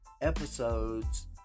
episodes